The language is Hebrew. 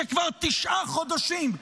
שכבר תשעה חודשים,